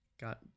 got